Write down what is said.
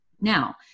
Now